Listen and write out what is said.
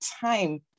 time